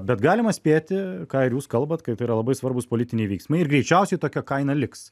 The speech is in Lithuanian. bet galima spėti ką ir jūs kalbat kad tai yra labai svarbūs politiniai veiksmai ir greičiausiai tokia kaina liks